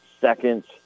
seconds